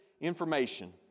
information